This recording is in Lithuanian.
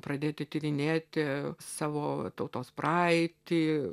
pradėti tyrinėti savo tautos praeitį